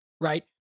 right